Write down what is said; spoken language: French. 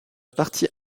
partie